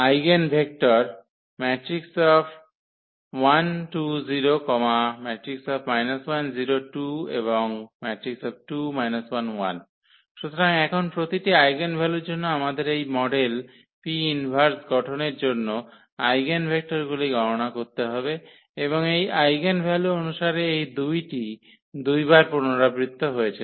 eigen vector সুতরাং এখন প্রতিটি আইগেনভ্যালুর জন্য আমাদের এই মডেল P 1 গঠনের জন্য আইগেনভেক্টরগুলি গণনা করতে হবে এবং এই আইগেনভ্যালু অনুসারে এই 2 টি দুইবার পুনরাবৃত্তি হয়েছে